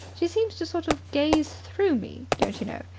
she seems to sort of gaze through me, don't you know.